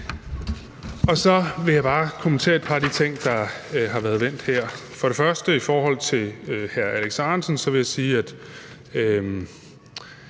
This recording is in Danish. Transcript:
Så vil jeg bare kommentere et par af de ting, der har været vendt her. Først vil jeg til hr. Alex Ahrendtsen sige, at